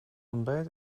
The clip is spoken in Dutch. ontbijt